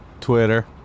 Twitter